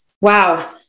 wow